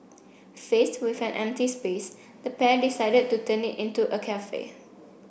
faced with an empty space the pair decided to turn it into a cafe